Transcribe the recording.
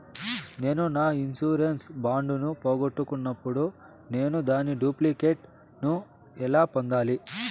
నేను నా insurance bond ను పోగొట్టుకున్నప్పుడు నేను దాని డూప్లికేట్ ను ఎలా పొందాలి?